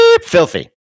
filthy